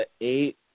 eight